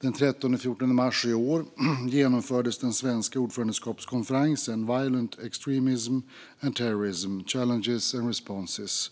Den 13-14 mars i år genomfördes den svenska ordförandeskapskonferensen Violent extremism and terrorism - challenges and responses.